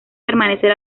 permanecer